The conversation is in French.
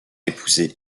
épouser